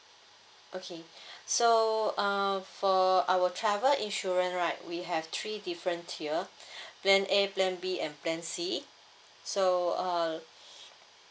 okay so uh for our travel insurance right we have three different tier plan A plan B and plan C so uh